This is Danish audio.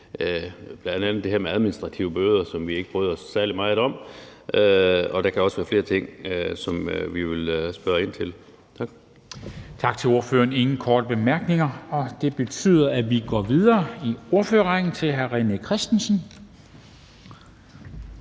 bl.a. det her med administrative bøder, som vi ikke bryder os særlig meget om. Der kan også være flere ting, som vi vil spørge ind til. Tak. Kl. 13:37 Formanden (Henrik Dam Kristensen): Tak til ordføreren. Der er ingen korte bemærkninger. Det betyder, at vi går videre i ordførerrækken til hr. René Christensen,